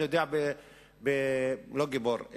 לא גיבור,